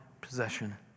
possession